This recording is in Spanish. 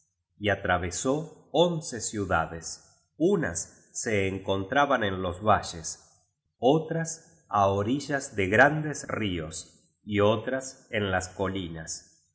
y atravesó once ciudades unas se encontraban en los valles otras á orillas de grandes ríos y otras en las colinas